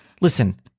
Listen